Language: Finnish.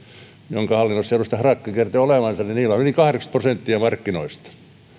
toisen hallinnossa edustaja harakka kertoi olevansa ja niillä on yli kahdeksankymmentä prosenttia markkinoista